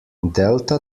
delta